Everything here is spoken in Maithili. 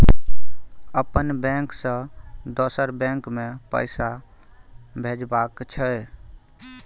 अपन बैंक से दोसर बैंक मे पैसा भेजबाक छै?